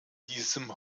diesem